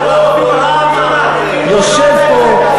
ההצעות הן אותן הצעות, יושב פה,